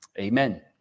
Amen